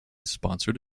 sponsored